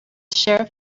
sheriff